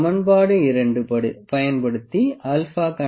சமன்பாடு 2 பயன்படுத்தி α கணக்கிடலாம்